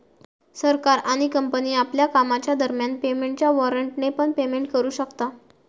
सरकार आणि कंपनी आपल्या कामाच्या दरम्यान पेमेंटच्या वॉरेंटने पण पेमेंट करू शकता